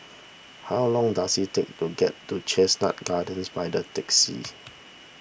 how long does it take to get to Chestnut Gardens by the taxi